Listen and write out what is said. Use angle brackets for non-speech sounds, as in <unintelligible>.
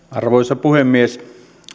<unintelligible> arvoisa puhemies